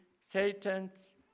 Satan's